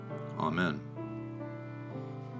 Amen